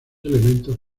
elementos